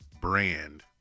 brand